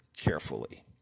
carefully